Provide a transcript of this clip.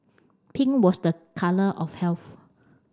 pink was the colour of health